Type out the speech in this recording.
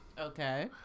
Okay